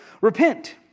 repent